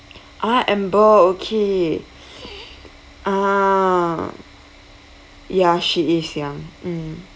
ah amber okay ah ya she is ya mm